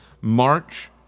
March